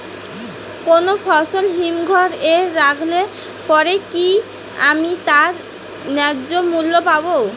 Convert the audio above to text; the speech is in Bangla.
কোনো ফসল হিমঘর এ রাখলে পরে কি আমি তার ন্যায্য মূল্য পাব?